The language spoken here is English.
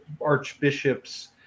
archbishops